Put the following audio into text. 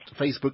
Facebook